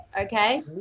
okay